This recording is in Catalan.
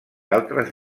altres